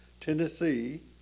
Tennessee